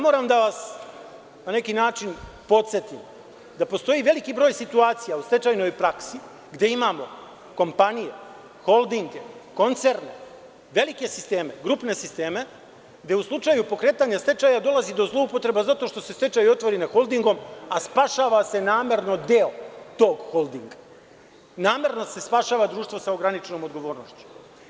Moram da vas podsetim na neki način da postoji veliki broj situaciju u stečajnoj praksi gde imamo kompanije, holdinge, koncerne, velike sisteme, grupne sisteme, gde u slučaju pokretanja stečaja dolazi do zloupotreba, zato što se stečaj otvori nad holdingom, a spašava se namerno deo tog holdinga, namerno se spašava društvo sa ograničenom odgovornošću.